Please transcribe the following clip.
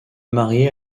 marié